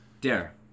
Dare